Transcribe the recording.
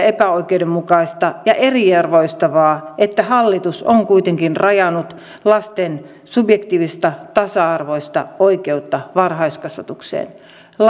epäoikeudenmukaista ja eriarvoistavaa että hallitus on kuitenkin rajannut lasten subjektiivista tasa arvoista oikeutta varhaiskasvatukseen